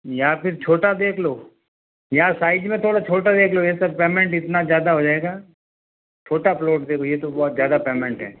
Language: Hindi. या फिर छोटा देख लो या साइज़ में थोड़ा छोटा देख लो ये सब पेमेंट इतना ज़्यादा हो जाएगा छोटा प्लोट देखो ये तो बहुत ज़्यादा पेमेंट है